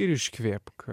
ir iškvėpk